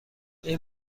این